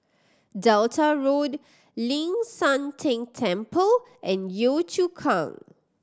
Delta Road Ling San Teng Temple and Yio Chu Kang